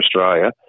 Australia